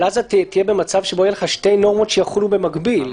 אבל אז תהיה במצב שבו יהיו לך שתי נורמות שיחולו במקביל.